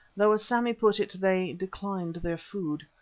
though as sammy put it, they declined their food.